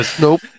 nope